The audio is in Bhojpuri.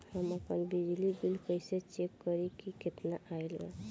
हम आपन बिजली बिल कइसे चेक करि की केतना आइल बा?